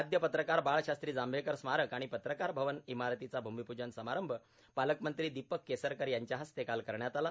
आदय पत्रकार बाळशास्त्री जांभेकर स्मारक आणि पत्रकार भवन इमारतीचा भूमिपूजन समारंभ पालकमंत्री दीपक केसरकर यांच्या हस्ते काल करण्यात आला